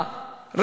בבקשה.